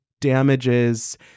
damages